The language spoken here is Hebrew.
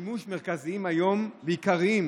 המרכזיים והעיקריים